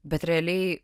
bet realiai